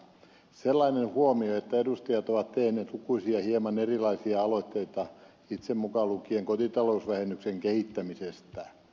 sellainen huomio että edustajat itseni mukaan lukien ovat tehneet lukuisia hieman erilaisia aloitteita kotitalousvähennyksen kehittämisestä